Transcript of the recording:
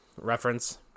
Reference